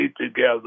together